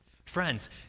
Friends